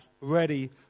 ready